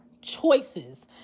choices